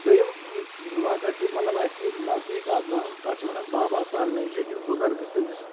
دوٚیُم واقعہ چھُ مطلب اَسہِ ییٚتہِ نزدیٖک اَکھ گام تَتھ چھِ وَنان بابا سۄلنَے یہِ چھِ أکِس بُزرگہٕ سٕنٛدِس